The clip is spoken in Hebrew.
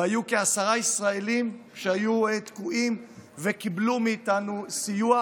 היו כעשרה ישראלים שהיו תקועים וקיבלו מאיתנו סיוע,